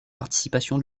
participation